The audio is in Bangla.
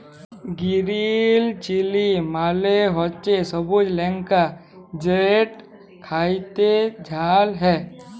গিরিল চিলি মালে হছে সবুজ লংকা যেট খ্যাইতে ঝাল হ্যয়